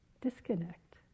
disconnect